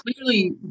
clearly